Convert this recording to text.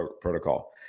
protocol